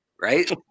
right